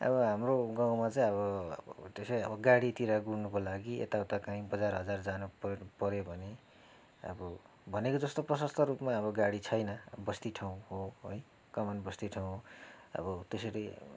अब हाम्रो गाउँमा चाहिँ अब त्यसै अब गाडीतिर गुढ्नुको लागि यता उता कहीँ बजार हजार जान पऱ्यो भने अब भनेको जस्तो प्रसस्त रूपमा अब गाडी छैन बस्ती ठाउँ हो है कमान बस्ती ठाउँ हो अब त्यसरी